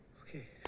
Okay